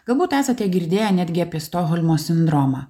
galbūt esate girdėję netgi apie stokholmo sindromą